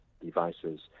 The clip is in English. devices